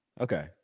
Okay